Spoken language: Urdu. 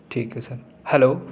ٹھیک ہے سر ہیلو